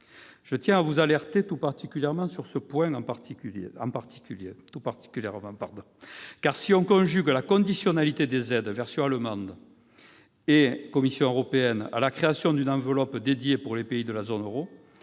Je tiens à vous alerter tout particulièrement sur ce point, car, si on conjugue la conditionnalité des aides version allemande et Commission européenne à la création d'une enveloppe dédiée pour les pays de la zone euro,